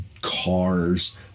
cars